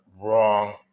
wrong